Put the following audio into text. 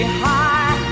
high